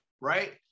right